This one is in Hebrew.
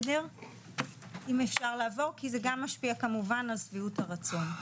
זה כמובן משפיע גם על שביעות הרצון,